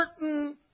certain